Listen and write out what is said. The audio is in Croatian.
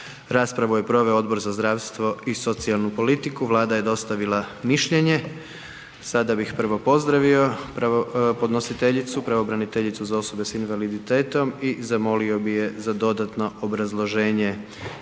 Raspravu je proveo Odbor za zdravstvo i socijalnu politiku, Vlada je dostavila mišljenje. Sada bih prvo pozdravio podnositeljicu pravobraniteljicu za osobe sa invaliditetom i zamolio bi je za dodatno obrazloženje